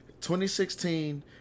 2016